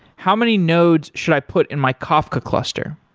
how many nodes should i put in my kafka cluster?